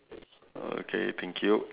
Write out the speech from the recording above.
okay thank you